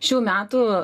šių metų